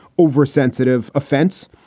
oversensitive offense.